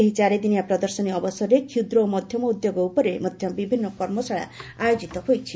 ଏହି ଚାରିଦିନିଆ ପ୍ରଦର୍ଶନୀ ଅବସରରେ କ୍ଷୁଦ୍ର ଓ ମଧ୍ୟମ ଉଦ୍ୟୋଗ ଉପରେ ମଧ୍ୟ ବିଭିନ୍ନ କର୍ମଶାଳା ଆୟୋକିତ ହୋଇଛି